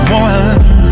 one